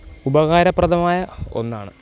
ഉപകാരപ്രദമായ ഒന്നാണ്